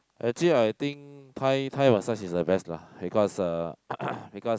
actually I think Thai Thai massage is the best lah because uh because